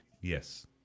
Yes